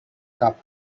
cup